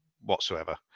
whatsoever